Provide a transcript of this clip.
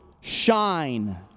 shine